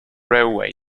railway